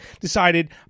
decided